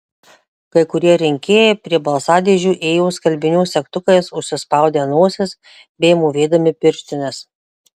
kai kurie rinkėjai prie balsadėžių ėjo skalbinių segtukais užsispaudę nosis bei mūvėdami pirštines